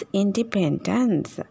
independence